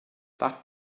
that